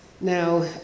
now